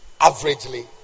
averagely